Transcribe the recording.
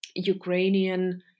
ukrainian